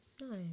No